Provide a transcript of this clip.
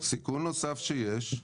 סיכון נוסף שיש,